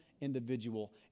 individual